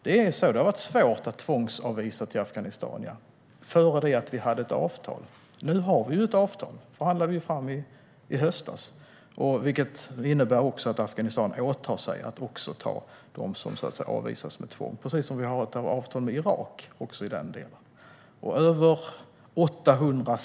Det är riktigt att det var svårt att tvångsavvisa till Afghanistan innan vi hade ett avtal. Nu har vi ett avtal som vi förhandlade fram i höstas. Det innebär att Afghanistan åtar sig att även ta emot de personer som avvisas med tvång. Vi har även ett avtal med Irak i den delen.